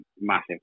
massive